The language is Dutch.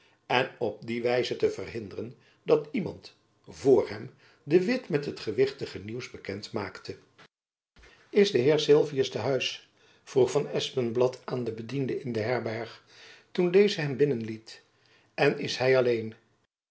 en op die wijze te verhinderen dat iemand voor hem de witt met het gewichtige nieuws bekend maakte is de heer sylvius te huis vroeg van espenblad aan den bediende in de herberg toen deze hem binnen liet en is hy alleen